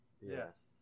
Yes